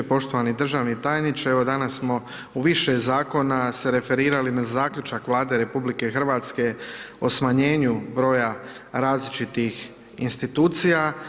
Poštovani državni tajniče, evo danas smo u više zakona se referirali na zaključak Vlade RH o smanjenju broja različitih institucija.